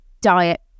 diet